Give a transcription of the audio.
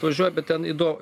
atvažiuoja bet ten įdo